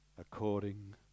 according